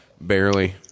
Barely